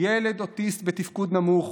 ילד אוטיסט בתפקוד נמוך